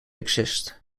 exist